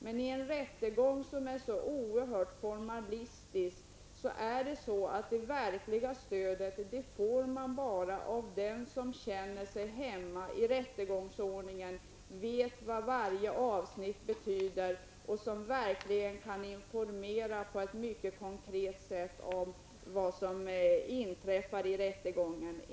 Men vid en rättegång som är så oerhört formalistisk får man ett verkligt stöd bara av den som känner sig hemma i rättegångsordningen, vet vad varje avsnitt betyder och som verkligen kan informera på ett mycket konkret sätt om vad som inträffar i rättegången.